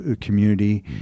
community